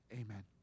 Amen